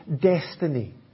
destiny